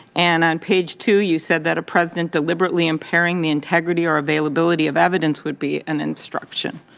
and on page two, you said that a president deliberately impairing the integrity or availability of evidence would be an obstruction.